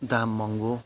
दाम महँगो